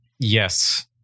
Yes